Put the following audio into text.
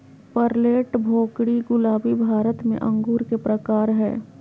Perlette, भोकरी, गुलाबी भारत में अंगूर के प्रकार हय